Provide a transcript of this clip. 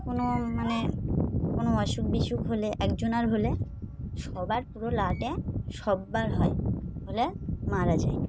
কোনো মানে কোনো অসুখ বিসুখ হলে একজনের হলে সবার পুরো লাটে সবার হয় হলে মারা যায়